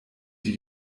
die